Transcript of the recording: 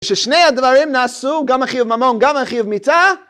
ששני הדברים נעשו, גם החיוב ממון, גם החיוב מיתה.